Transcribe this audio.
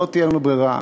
לא תהיה לנו ברירה,